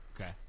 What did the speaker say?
Okay